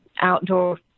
outdoor